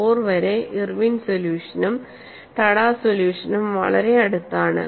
4 വരെ ഇർവിൻ സൊല്യൂഷനും ടാഡ സൊല്യൂഷനും വളരെ അടുത്താണ്